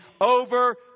over